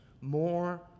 more